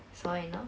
所以呢